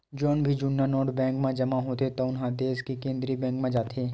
जउन भी जुन्ना नोट बेंक म जमा होथे तउन ह देस के केंद्रीय बेंक म जाथे